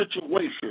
situation